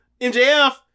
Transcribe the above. MJF